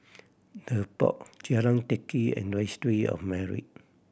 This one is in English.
The Pod Jalan Teck Kee and Registry of Marriage